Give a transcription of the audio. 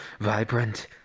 vibrant